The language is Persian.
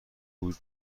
بود